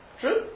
True